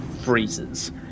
freezes